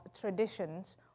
traditions